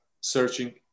searching